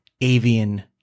Avian